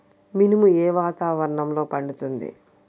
మినుము ఏ వాతావరణంలో పండుతుంది?